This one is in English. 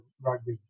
rugby